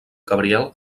gabriel